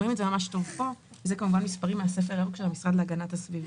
רואים את זה טוב בשקף אלה מספרים מהספר הירוק של המשרד להגנת הסביבה.